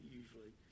usually